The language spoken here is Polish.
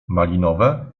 malinowe